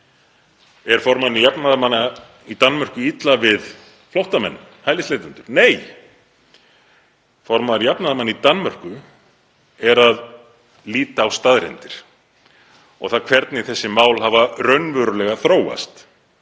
Er formanni jafnaðarmanna í Danmörku illa við flóttamenn, hælisleitendur? Nei, formaður jafnaðarmanna í Danmörku lítur á staðreyndir og það hvernig þessi mál hafa raunverulega þróast